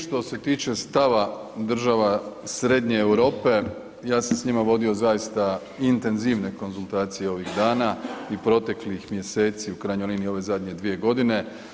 Što se tiče stava država Srednje Europe ja sam s njima vodio zaista intenzivne konzultacije ovih dana i proteklih mjeseci u krajnjoj liniji ove zadnje dvije godine.